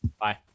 Bye